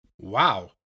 Wow